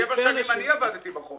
שבע שנים אני עבדתי ברחוב הזה.